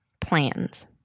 plans